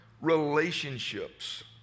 relationships